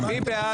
מי בעד?